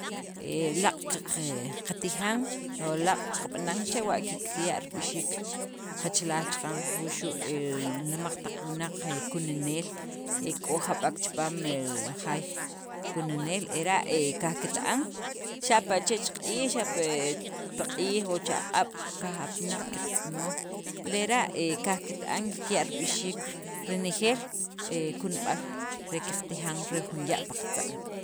He laaq' qaqe qatijan o laaq' qab'anan chewa' kikya' ribixiik qachalaal chaqan, wuxu' he el nimaq taq wunaq kununeel, e k'o jab'ek chipaam hel li jaay kununeel, era' he qajkita'an xapa' chech q'iij xape pi q'iij o chaq'ab' qajapanaq qatz'onoj lera' he qaqita'an kikya' rib'ixiik renejeel li kunub'al re qatijan re jun ya' pi qatza'm.